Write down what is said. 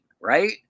right